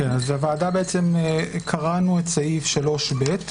קראנו את סעיף 3ב,